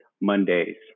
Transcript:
Mondays